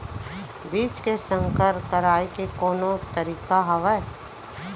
बीज के संकर कराय के कोनो तरीका हावय?